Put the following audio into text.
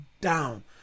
down